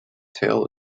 tail